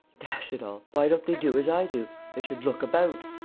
dash it all, why don't they do as i do? they should look about!